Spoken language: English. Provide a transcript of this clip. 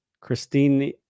Christine